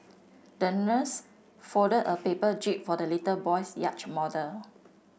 the nurse folded a paper jib for the little boy's yacht model